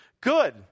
good